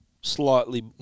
Slightly